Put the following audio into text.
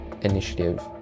initiative